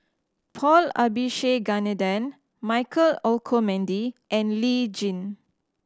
Paul Abisheganaden Michael Olcomendy and Lee Tjin